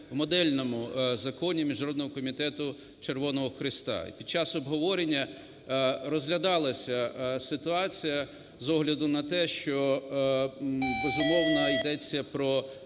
в модельному законі Міжнародного Комітету Червоного Хреста. Під час обговорення розглядалася ситуація з огляду на те, що, безумовно, йдеться про